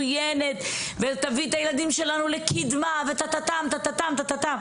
ומצוינת ותביא את הילדים שלנו לקדמה וטטה טם טטה טם,